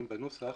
בנוסח.